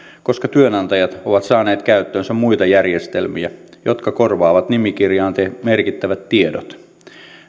koska työnantajat ovat saaneet käyttöönsä muita järjestelmiä jotka korvaavat nimikirjaan merkittävät tiedot